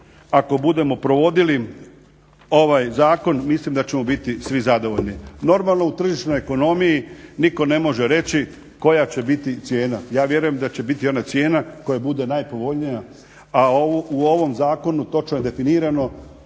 ako budemo provodili ovaj zakon mislim da ćemo biti svi zadovoljni. Normalno u tržišnoj ekonomiji nitko ne može reći koja će biti cijena. Ja vjerujem da će biti ona cijena koja bude najpovoljnija a u ovom zakonu točno je definirano